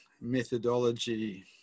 methodology